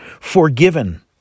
forgiven